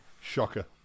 Shocker